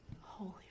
holy